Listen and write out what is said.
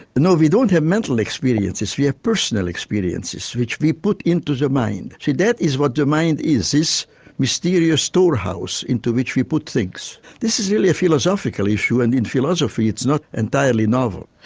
no, we don't have mental experiences, we have personal experiences which we put into the mind. see that is what the mind is, this mysterious store house into which we put things this is really a philosophical issue and in philosophy it's not entirely novel.